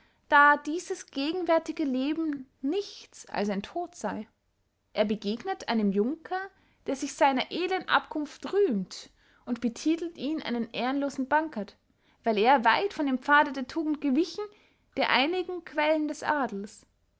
da dieses gegenwärtige leben nichts als ein tod sey er begegnet einem junker der sich seiner edlen abkunft rühmt und betitelt ihn einen ehrlosen bankert weil er weit von dem pfade der tugend gewichen der einigen quelle des adels